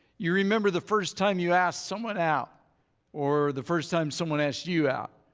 you remember the first time you asked someone out or the first time someone asked you out.